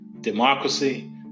democracy